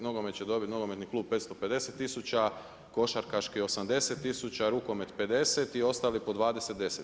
Nogomet će dobit nogometni klub 550 000, košarkaški 80 000, rukomet 50 i ostali po 20, 10.